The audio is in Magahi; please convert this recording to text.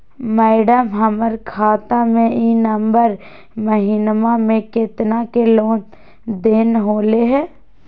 मैडम, हमर खाता में ई नवंबर महीनमा में केतना के लेन देन होले है